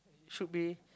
should be